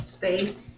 faith